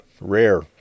rare